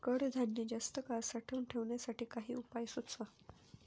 कडधान्य जास्त काळ साठवून ठेवण्यासाठी काही उपाय सुचवा?